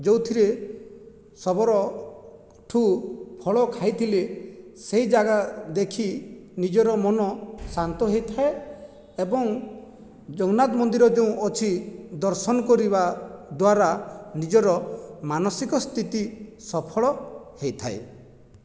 ଯେଉଁଥିରେ ଶବରଠୁ ଫଳ ଖାଇଥିଲେ ସେହି ଜାଗା ଦେଖି ନିଜର ମନ ଶାନ୍ତ ହୋଇଥାଏ ଏବଂ ଜଗନ୍ନାଥ ମନ୍ଦିର ଯୋଉଁ ଅଛି ଦର୍ଶନ କରିବା ଦ୍ୱାରା ନିଜର ମାନସିକ ସ୍ଥିତି ସଫଳ ହୋଇଥାଏ